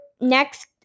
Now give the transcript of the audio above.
next